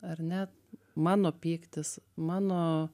ar ne mano pyktis mano